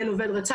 הוא היה מאושפז,